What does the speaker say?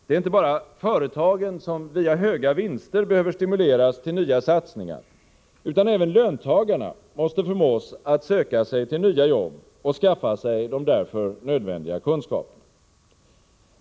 Det är inte bara företagen som via höga vinster behöver stimuleras till nya satsningar, utan även löntagarna måste förmås att söka sig till nya jobb och skaffa sig de därför nödvändiga kunskaperna.